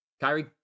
Kyrie